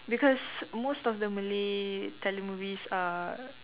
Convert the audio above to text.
because most of the Malay telemovies are